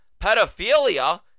pedophilia